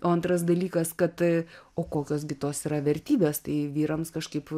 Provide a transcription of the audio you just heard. o antras dalykas kad o kokios kitos yra vertybės tai vyrams kažkaip